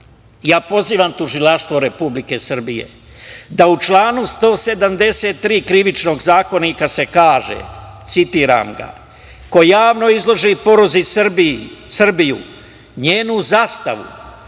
citat. Pozivam Tužilaštvo Republike Srbije da u članu 173. Krivičnog zakonika se kaže – citiram ga - ko javno izloži poruzi Srbiju, njenu zastavu,